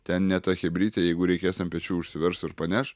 ten ne ta chebrytė jeigu reikės ant pečių užsivers ir paneš